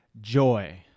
joy